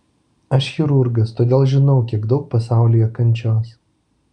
aš chirurgas todėl žinau kiek daug pasaulyje kančios